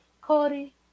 Cody